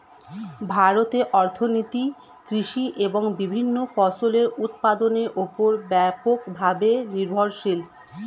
ভারতের অর্থনীতি কৃষি এবং বিভিন্ন ফসলের উৎপাদনের উপর ব্যাপকভাবে নির্ভরশীল